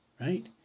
right